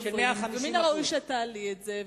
ומן הראוי שאת תעלי את זה.